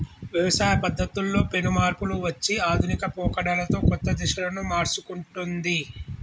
వ్యవసాయ పద్ధతుల్లో పెను మార్పులు వచ్చి ఆధునిక పోకడలతో కొత్త దిశలను మర్సుకుంటొన్ది